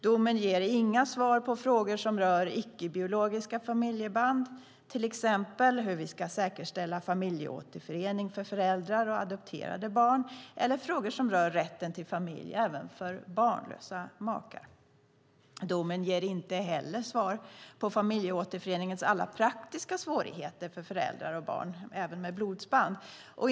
Domen ger inga svar på frågor som rör icke-biologiska familjeband, till exempel hur vi ska säkerställa familjeåterförening för föräldrar och adopterade barn, eller rätten till familj även för barnlösa makar. Domen ger inte heller svar på familjeåterföreningens alla praktiska svårigheter för föräldrar och barn även med blodsband.